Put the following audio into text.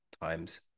times